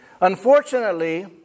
Unfortunately